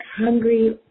hungry